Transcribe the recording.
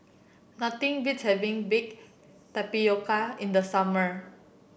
nothing beats having Baked Tapioca in the summer